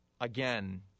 again—